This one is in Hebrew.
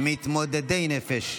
מתמודדי נפש,